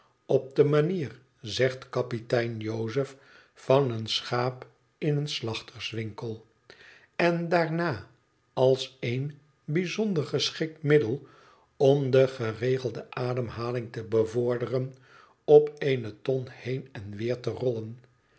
op de manier zegt kapitein jozef van een schaap in een slachterswinkel en daarna als een bijzonder geschikt middel om de geregelde ademhaling te bevorderen op eene ton heen en weer te rollen